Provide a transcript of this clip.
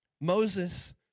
Moses